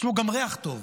יש לו גם ריח טוב.